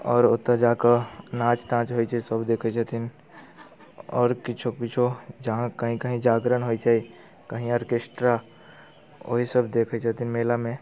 आओर ओतऽ जाकऽ नाच ताच होइ छै सब देखै छथिन आओर किछो किछो जहाँ कहीं कहीं जागरण होइ छै कहीं आरकेष्ट्रा ओही सब देखै छथिन मेलामे